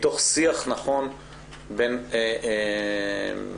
מתוך שיח נכון בין המשרדים,